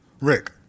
Rick